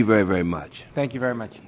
you very very much thank you very much